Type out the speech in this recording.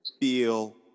feel